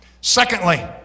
Secondly